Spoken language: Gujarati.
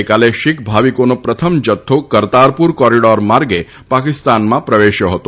ગઈકાલે શીખ ભાવિકોનો પ્રથમ જથ્થો કરતારપુર કોરીડોર માર્ગે પાકિસ્તાનમાં પ્રવેશ્યો હતો